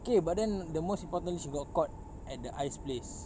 okay but then the most important she got caught at the ice place